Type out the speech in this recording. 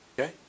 Okay